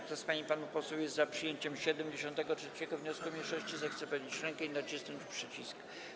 Kto z pań i panów posłów jest za przyjęciem 73. wniosku mniejszości, zechce podnieść rękę i nacisnąć przycisk.